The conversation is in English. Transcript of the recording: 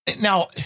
Now